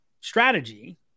strategy